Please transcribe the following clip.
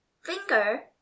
Finger